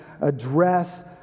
address